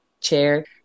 chair